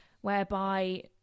whereby